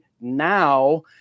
now